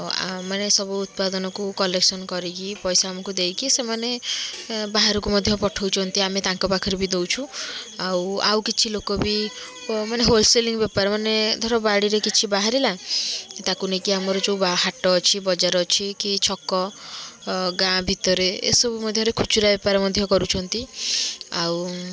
ଆ ମାନେ ସବୁ ଉତ୍ପାଦାନକୁ କଲେକ୍ସନ୍ କରିକି ପଇସା ଆମକୁ ଦେଇକି ସେମାନେ ବାହାରକୁ ମଧ୍ୟ ପଠାଉଛନ୍ତି ଆମେ ତାଙ୍କ ପାଖରେ ବି ଦେଉଛୁ ଆଉ ଆଉ କିଛି ଲୋକ ବି ମାନେ ହୋଲସେଲିଂ ବେପାର ମାନେ ଧର ବାଡ଼ିରେ କିଛି ବାହାରିଲା ତାକୁ ନେଇକି ଆମର ଯେଉଁ ହାଟ ଅଛି ବଜାର ଅଛି କି ଛକ ଗାଁ ଭିତରେ ଏ ସବୁ ମଧ୍ୟରେ ଖୁଚୁରା ବେପାର ମଧ୍ୟ କରୁଛନ୍ତି ଆଉ